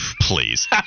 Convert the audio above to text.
Please